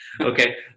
Okay